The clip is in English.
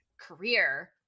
career